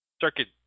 circuit